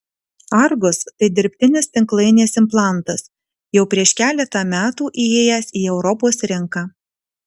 argus tai dirbtinis tinklainės implantas jau prieš keletą metų įėjęs į europos rinką